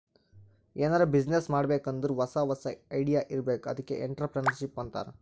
ಎನಾರೇ ಬಿಸಿನ್ನೆಸ್ ಮಾಡ್ಬೇಕ್ ಅಂದುರ್ ಹೊಸಾ ಹೊಸಾ ಐಡಿಯಾ ಇರ್ಬೇಕ್ ಅದ್ಕೆ ಎಂಟ್ರರ್ಪ್ರಿನರ್ಶಿಪ್ ಅಂತಾರ್